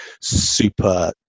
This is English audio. super